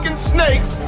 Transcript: Snakes